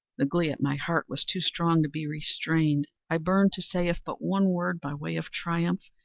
the glee at my heart was too strong to be restrained. i burned to say if but one word, by way of triumph,